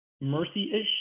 mercy-ish